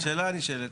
השאלה הנשאלת,